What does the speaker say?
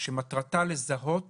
שמטרתה לזהות